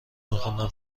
میخوندم